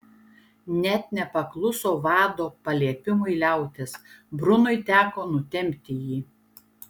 net nepakluso vado paliepimui liautis brunui teko nutempti jį